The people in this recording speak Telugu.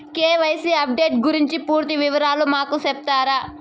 కె.వై.సి అప్డేషన్ గురించి పూర్తి వివరాలు మాకు సెప్తారా?